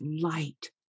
light